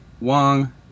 Wong